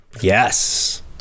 Yes